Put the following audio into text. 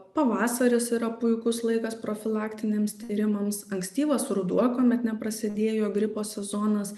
pavasaris yra puikus laikas profilaktiniams tyrimams ankstyvas ruduo kuomet neprasidėjo gripo sezonas